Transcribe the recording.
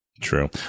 True